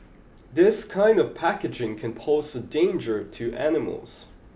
this kind of packaging can pose a danger to animals